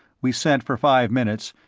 we sent for five minutes,